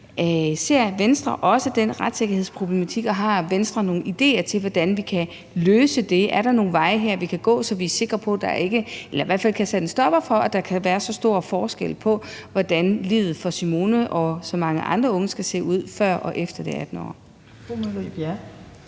Ser Venstre også den retssikkerhedsproblematik, og har Venstre nogle idéer til, hvordan vi kan løse det? Er der her nogle veje, vi kan gå, så vi er sikre på, at vi i hvert fald sætter en stopper for, at der kan være så stor forskel på, hvordan livet for Simone og for så mange andre unge skal se ud før og efter det 18. år?